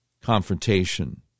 confrontation